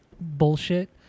bullshit